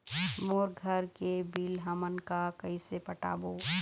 मोर घर के बिल हमन का कइसे पटाबो?